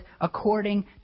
according